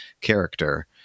character